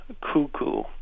cuckoo